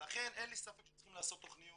ולכן אין לי ספק שצריכים לעשות תכניות